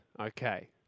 Okay